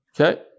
Okay